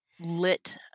Lit